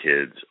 kids